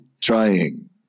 trying